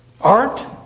Art